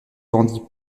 vendit